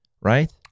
right